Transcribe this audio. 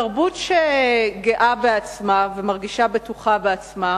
תרבות שגאה בעצמה ומרגישה בטוחה בעצמה,